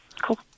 Cool